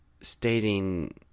stating